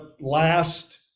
last